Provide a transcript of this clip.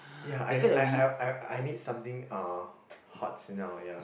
ya I need I I I I I need something uh hot now ya